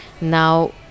Now